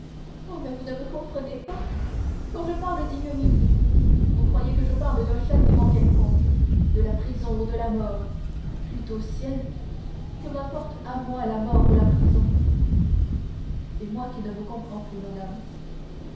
oh vous ne me comprenez pas quand je parle d'ignominie vous croyez que je parle d'un châtiment quelconque de la prison ou de la mort plût au ciel que m'importent à moi la mort ou la prison c'est moi qui ne vous comprends plus madame